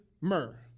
myrrh